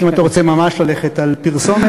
אם אתה רוצה ממש ללכת על פרסומת.